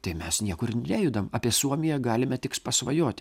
tai mes niekur nejudam apie suomiją galime tik pasvajoti